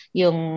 yung